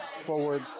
forward